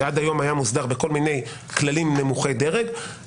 שעד היום היה מוסדר בכל מיני כללים נמוכי דרג,